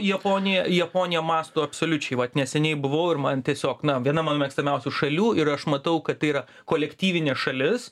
japonija japonija mąsto absoliučiai vat neseniai buvau ir man tiesiog na viena mano mėgstamiausių šalių ir aš matau kad tai yra kolektyvinė šalis